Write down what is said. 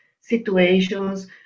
situations